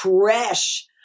fresh